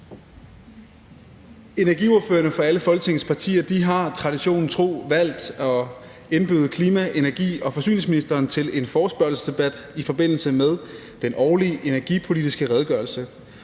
Energiordførerne for alle Folketingets partier har traditionen tro valgt at indbyde klima-, energi- og forsyningsministeren til en forespørgselsdebat i forbindelse med den årlige energipolitiske redegørelse.